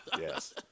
Yes